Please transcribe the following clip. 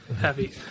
heavy